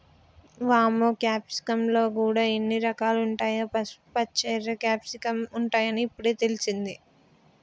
వామ్మో క్యాప్సికమ్ ల గూడా ఇన్ని రకాలుంటాయా, పసుపుపచ్చ, ఎర్ర క్యాప్సికమ్ ఉంటాయని ఇప్పుడే తెలిసింది